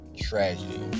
Tragedy